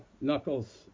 Knuckles